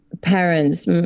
parents